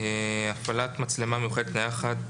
הפעלת מצלמה מיוחדת נייחת